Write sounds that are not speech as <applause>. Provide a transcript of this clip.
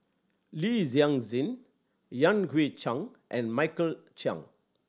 Li <unintelligible> Yan Hui Chang and Michael Chiang